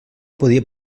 podia